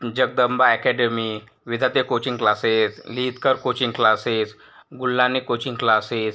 Jagdamba academy Vidhate coaching classes Lihitkar coaching classes Gulhane coaching classes